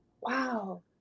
Wow